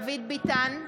נגד ולדימיר